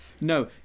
No